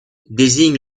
désigne